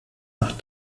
nach